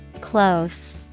Close